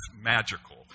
magical